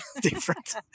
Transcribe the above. different